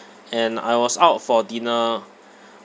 and I was out for dinner